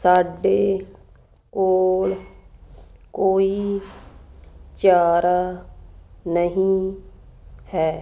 ਸਾਡੇ ਕੋਲ ਕੋਈ ਚਾਰਾ ਨਹੀਂ ਹੈ